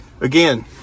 again